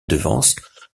devance